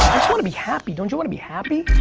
wanna be happy. don't you wanna be happy?